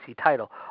title